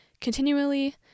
continually